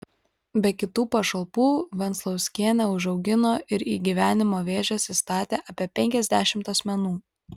be kitų pašalpų venclauskienė užaugino ir į gyvenimo vėžes įstatė apie penkiasdešimt asmenų